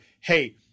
Hey